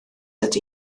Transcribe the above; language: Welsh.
ydy